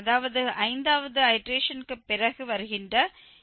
அதாவது ஐந்தாவது ஐடேரேஷன்க்கு பிறகு வருகின்ற x5